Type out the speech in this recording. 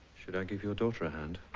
should i give your daughter a hand?